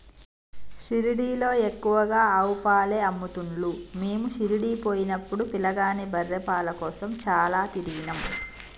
షిరిడీలో ఎక్కువగా ఆవు పాలే అమ్ముతున్లు మీము షిరిడీ పోయినపుడు పిలగాని బర్రె పాల కోసం చాల తిరిగినం